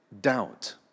doubt